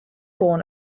born